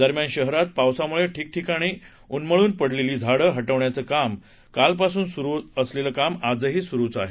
दरम्यान शहरात पावसामुळे ठिकठिकाणी उन्मळून पडलेली झाडं हटवण्याचं काम काल पासून सुरु झालेलं काम आजही सुरु आहे